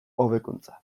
hobekuntza